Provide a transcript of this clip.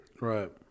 Right